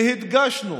דרך אגב, זה סימן טוב.